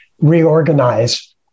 reorganize